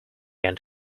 end